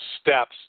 steps